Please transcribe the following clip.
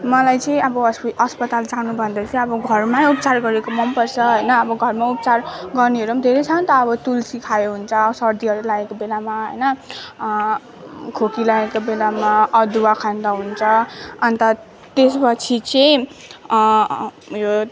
मलाई चाहिँ अब हस् अस्पताल जानु भन्दा चाहिँ अब घरमै उपचार गरेको मनपर्छ होइन अब घरमा उपचार गर्नेहरू पनि धेरै छ नि त अब तुलसी खायो हुन्छ सर्दीहरू लागेको बेलामा होइन खोकी लागेको बेलामा अदुवा खाँदा हुन्छ अन्त त्यसपछि चाहिँ उयो